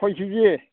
खय कि जि